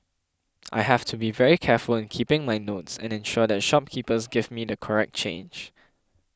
I have to be very careful in keeping my notes and ensure that shopkeepers give me the correct change